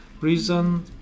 reason